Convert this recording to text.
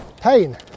pain